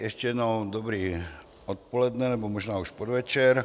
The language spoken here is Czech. Ještě jednou dobré odpoledne, nebo možná už podvečer.